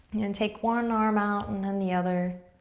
and and take one arm out and then the other.